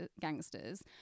gangsters